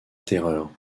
terreur